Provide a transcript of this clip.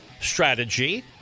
strategy